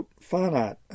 finite